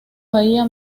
bahía